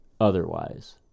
otherwise